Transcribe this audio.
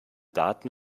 daten